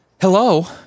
Hello